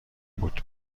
بود